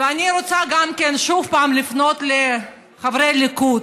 ואני רוצה גם כן שוב לפנות לחברי הליכוד: